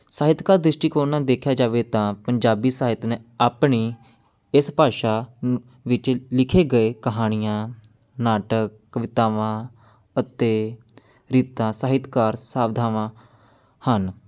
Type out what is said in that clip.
ਸਾਹਿਤਕਾਰ ਦ੍ਰਿਸ਼ਟੀਕੋਣ ਨਾਲ ਦੇਖਿਆ ਜਾਵੇ ਤਾਂ ਪੰਜਾਬੀ ਸਾਹਿਤ ਨੇ ਆਪਣੀ ਇਸ ਭਾਸ਼ਾ ਵਿੱਚ ਲਿਖੇ ਗਏ ਕਹਾਣੀਆਂ ਨਾਟਕ ਕਵਿਤਾਵਾਂ ਅਤੇ ਰੀਤਾਂ ਸਾਹਿਤਕਾਰ ਸਾਵਦਾਵਾਂ ਹਨ